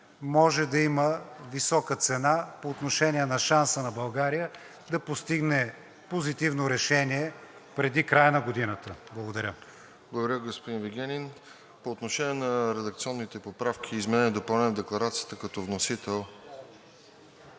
може да има висока цена по отношение на шанса на България да постигне позитивно решение преди края на годината. Благодаря. ПРЕДСЕДАТЕЛ РОСЕН ЖЕЛЯЗКОВ: Благодаря, господин Вигенин. По отношение на редакционните поправки и изменение и допълнение на декларацията като вносител